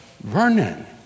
Vernon